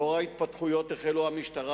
לאור ההתפתחויות החלה המשטרה,